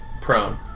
prone